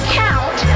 count